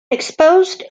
exposed